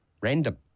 Random